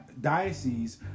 Diocese